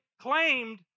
claimed